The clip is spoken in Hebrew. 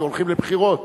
כי הולכים לבחירות,